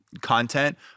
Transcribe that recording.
content